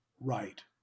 right